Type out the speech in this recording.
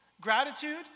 gratitude